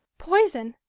poison!